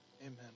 amen